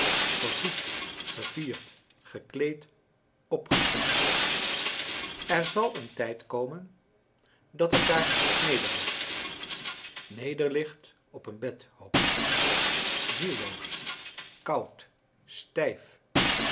gevoed gevierd gekleed opgeschikt er zal een tijd komen dat het daar nederligt nederligt op een bed hoop ik zielloos koud stijf